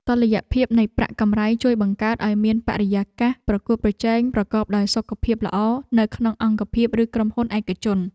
តុល្យភាពនៃប្រាក់កម្រៃជួយបង្កើតឱ្យមានបរិយាកាសប្រកួតប្រជែងប្រកបដោយសុខភាពល្អនៅក្នុងអង្គភាពឬក្រុមហ៊ុនឯកជន។